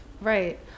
right